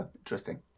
Interesting